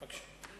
בבקשה.